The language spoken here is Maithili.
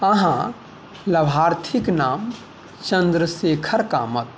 अहाँ लाभार्थीक नाम चंद्रशेखर कामत